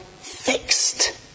fixed